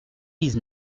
dix